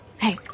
Hey